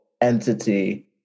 entity